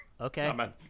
Okay